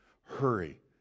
hurry